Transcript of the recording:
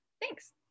thanks